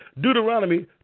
Deuteronomy